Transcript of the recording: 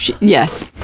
Yes